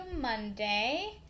Monday